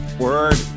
Word